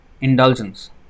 indulgence